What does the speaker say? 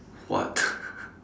what